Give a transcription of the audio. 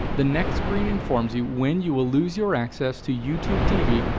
the next screen informs you when you will lose your access to youtube tv,